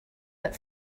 that